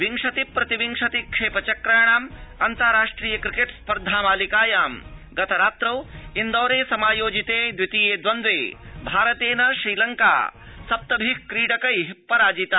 विंशति प्रतिविंशति क्षेप चक्राणाम् अन्ताराष्ट्रिय क्रिकेट स्पर्धा मालिकायां गतरात्रौ इन्दौर समायोजिते द्वितीये द्वन्द्वे भारतेन श्रीलंका सप्तभि क्रीडकै पराजिता